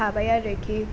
थाबाय आरोखि